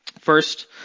First